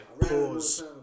pause